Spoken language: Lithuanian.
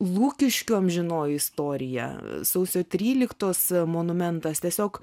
lukiškių amžinoji istorija sausio tryliktos monumentas tiesiog